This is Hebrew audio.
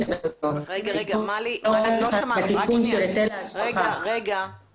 אנחנו מדברים על פטור מהיטל השבחה- -- אנחנו